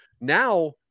now –